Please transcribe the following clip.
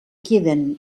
queden